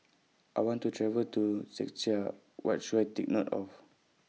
I want to travel to Czechia What should I Take note of